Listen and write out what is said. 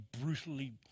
brutally